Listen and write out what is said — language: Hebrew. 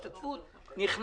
אני לא מבין.